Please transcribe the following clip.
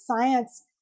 science